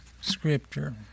Scripture